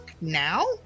now